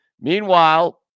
Meanwhile